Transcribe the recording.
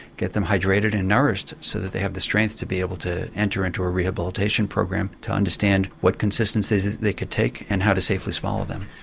get them hydrated and nourished so that they have the strength to be able to enter into a rehabilitation program, to understand what consistencies they could take and how to safely swallow them.